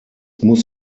muss